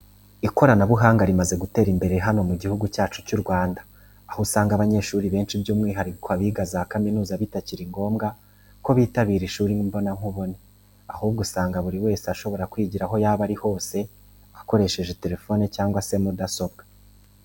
Ikoranabuhanga rimaze gutera imbere hano mu gihugu cyacu cy'u Rwanda, aho usanga abanyeshuri benshi by'umwihariko abiga za kaminuza bitakiri ngombwa ko bitabira ishuri imbona nkubone, ahubwo buri wese ashobora kwigira aho yaba ari hose akoresheje telefone cyangwa se mudasobwa.